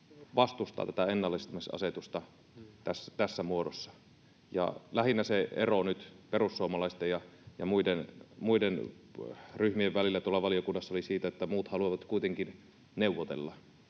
vastustaa tätä ennallistamisasetusta tässä muodossa. Lähinnä nyt se ero perussuomalaisten ja muiden ryhmien välillä tuolla valiokunnassa oli se, että muut haluavat kuitenkin neuvotella.